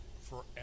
forever